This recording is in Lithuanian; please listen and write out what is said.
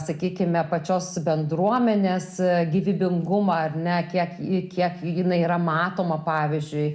sakykime pačios bendruomenės gyvybingumą ar ne kiek ji kiek jinai yra matoma pavyzdžiui